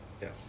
Yes